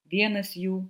vienas jų